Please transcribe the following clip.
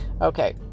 Okay